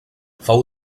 fou